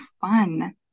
fun